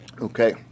Okay